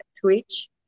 Twitch